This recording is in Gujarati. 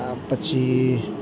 આ પછી